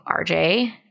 RJ